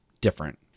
different